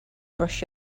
brush